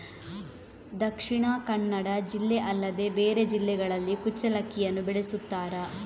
ದಕ್ಷಿಣ ಕನ್ನಡ ಜಿಲ್ಲೆ ಅಲ್ಲದೆ ಬೇರೆ ಜಿಲ್ಲೆಗಳಲ್ಲಿ ಕುಚ್ಚಲಕ್ಕಿಯನ್ನು ಬೆಳೆಸುತ್ತಾರಾ?